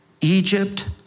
Egypt